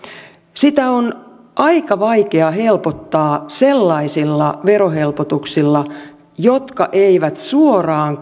sitä on aika vaikea helpottaa sellaisilla verohelpotuksilla jotka eivät suoraan